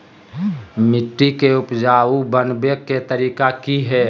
मिट्टी के उपजाऊ बनबे के तरिका की हेय?